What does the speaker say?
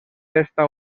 festa